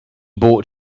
bought